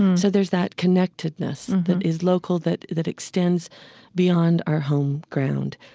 so there's that connectedness that is local that that extends beyond our home ground.